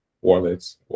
wallets